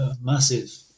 massive